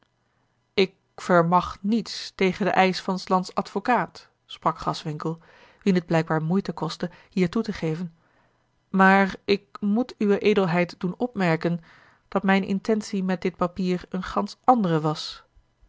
ik vermag niets tegen den eisch van s lands advocaat sprak graswinckel wien het blijkbaar moeite koste hier toe te geven maar ik moet uwe edelheid doen opmerken dat mijne intentie met dit papier een gansch andere was